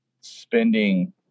spending